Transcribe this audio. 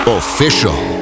official